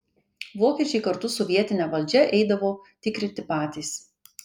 vokiečiai kartu su vietine valdžia eidavo tikrinti patys